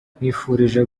nkwifurije